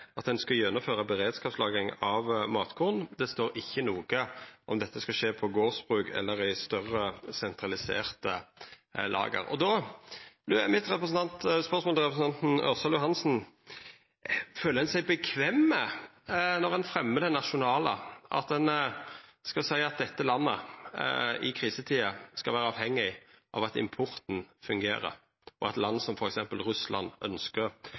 noko om at det skal skje på gardsbruk eller i større, sentraliserte lager. Då vert mitt spørsmål til representanten Ørsal Johansen: Når ein fremjer det nasjonale, føler ein seg komfortabel med å seia at dette landet i krisetider skal vera avhengig av at importen fungerer, og av at land som f.eks. Russland